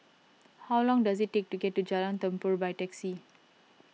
how long does it take to get to Jalan Tambur by taxi